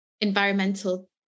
environmental